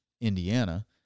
Indiana